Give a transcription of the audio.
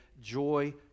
joy